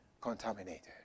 contaminated